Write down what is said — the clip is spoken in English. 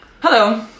Hello